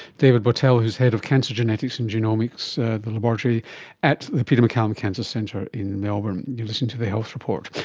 david bowtell, who is head of cancer genetics and genomics laboratory at the peter maccallum cancer centre in melbourne. you're listening to the health report.